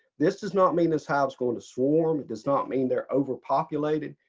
this does not mean this hive s going to swarm, does not mean they're overpopulated.